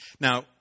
Now